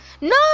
no